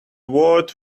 words